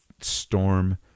storm